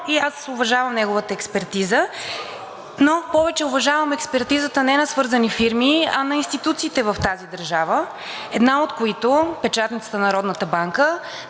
и аз уважавам неговата експертиза. Но повече уважавам експертизата не на свързани фирми, а на институциите в тази държава, една от които – Печатницата на Народната банка,